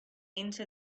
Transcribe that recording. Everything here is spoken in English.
into